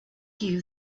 you